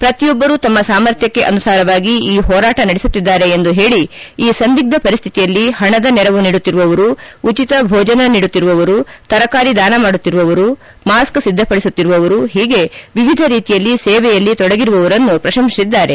ಪ್ರತಿಯೊಬ್ಬರು ತಮ್ಮ ಸಾಮರ್ಥ್ಯಕ್ಕೆ ಅನುಸಾರವಾಗಿ ಈ ಹೋರಾಟ ನಡೆಸುತ್ತಿದ್ದಾರೆ ಎಂದು ಹೇಳಿ ಈ ಸಂದಿಗ್ಧ ಪರಿಸ್ಥಿತಿಯಲ್ಲಿ ಹಣದ ನೆರವು ನೀಡುತ್ತಿರುವವರು ಉಚಿತ ಭೋಜನ ನೀಡುತ್ತಿರುವವರು ತರಕಾರಿ ದಾನ ಮಾಡುತ್ತಿರುವವರು ಮಾಸ್ಕ್ ಸಿದ್ಧ ಪಡಿಸುತ್ತಿರುವವರು ಹೀಗೆ ವಿವಿಧ ರೀತಿಯಲ್ಲಿ ಸೇವೆಯಲ್ಲಿ ತೊಡಗಿರುವವರನ್ನು ಪ್ರಶಂಸಿಸಿದ್ದಾರೆ